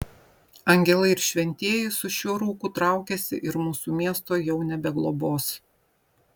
angelai ir šventieji su šiuo rūku traukiasi ir mūsų miesto jau nebeglobos